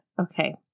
Okay